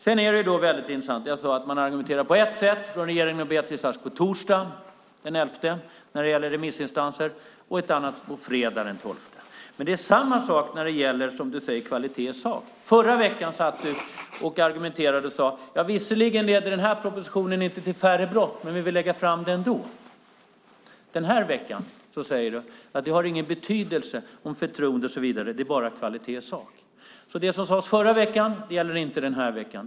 Jag sade att regeringen och Beatrice Ask argumenterar på ett sätt torsdagen den 11 februari när det gäller remissinstanser och på ett annat sätt fredagen den 12 februari. Det är samma sak när det gäller, som du säger, kvalitet i sak. Förra veckan sade du: Visserligen leder den här propositionen inte till färre brott, men vi vill lägga fram den ändå. Den här veckan säger du att förtroende och så vidare inte har någon betydelse utan bara kvalitet i sak. Det som sades förra veckan gäller inte den här veckan.